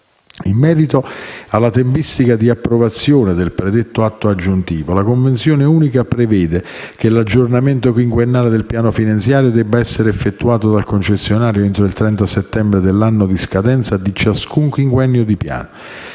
In merito alla tempistica di approvazione del predetto atto aggiuntivo, la convenzione unica prevede che l'aggiornamento quinquennale del piano finanziario debba essere effettuato dal concessionario entro il 30 settembre dell'anno di scadenza di ciascun quinquennio di piano.